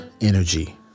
energy